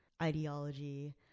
ideology